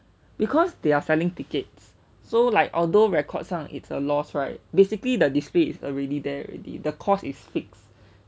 because they are selling tickets so like although record 上 it's a loss right basically the display is already there already the cost is fixed